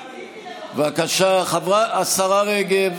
בבקשה, השרה רגב.